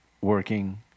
working